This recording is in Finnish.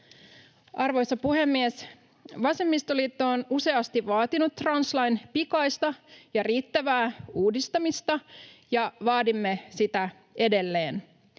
Arvoisa puhemies! Vasemmistoliitto on useasti vaatinut translain pikaista ja riittävää uudistamista, ja vaadimme sitä edelleen.